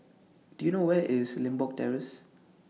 Do YOU know Where IS Limbok Terrace